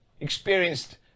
experienced